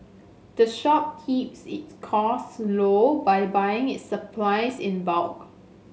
the shop keeps its cost low by buying its supplies in bulk